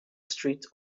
streets